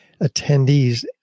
attendees